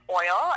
oil